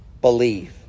believe